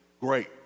Great